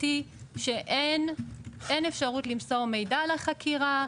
היא שאין אפשרות למסור מידע על החקירה,